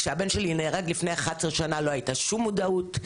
כשהבן שלי נהרג לפני 11 שנה לא הייתה שום מודעות.